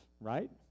right